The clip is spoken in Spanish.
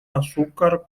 azúcar